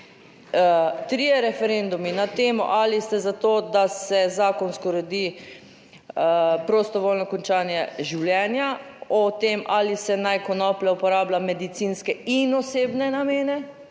Trije referendumi na temo, ali ste za to, da se zakonsko uredi prostovoljno končanje življenja o tem ali se naj konoplja uporablja medicinske in osebne namene